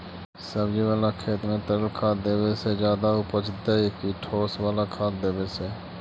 सब्जी बाला खेत में तरल खाद देवे से ज्यादा उपजतै कि ठोस वाला खाद देवे से?